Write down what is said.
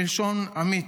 מלשון "עמית".